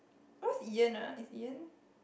what's Ian ah is Ian